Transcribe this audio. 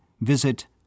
visit